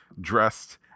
dressed